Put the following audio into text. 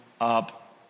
up